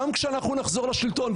גם כשאנחנו נחזור לשלטון,